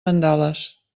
mandales